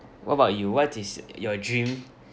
what about you what is your dream